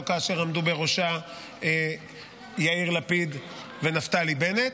ולא כאשר עמדו בראשה יאיר לפיד ונפתלי בנט.